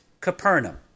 Capernaum